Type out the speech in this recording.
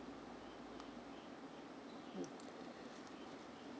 mm